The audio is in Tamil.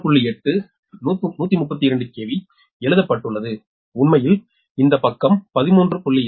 8 132 KV எழுதப்பட்டுள்ளது உண்மையில் இந்த பக்கம் 13